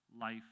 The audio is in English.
life